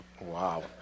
wow